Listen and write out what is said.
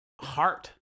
heart